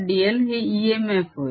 dl हे EMF होय